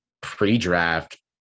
pre-draft